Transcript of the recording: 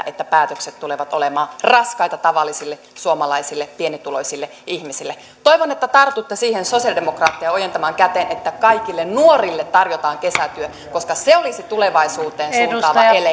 että päätökset tulevat olemaan raskaita tavallisille suomalaisille pienituloisille ihmisille toivon että tartutte siihen sosiaalidemokraattien ojentamaan käteen että kaikille nuorille tarjotaan kesätyö koska se olisi tulevaisuuteen suuntaava ele